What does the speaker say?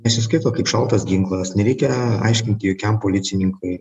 nesiskaito kaip šaltas ginklas nereikia aiškinti jokiam policininkui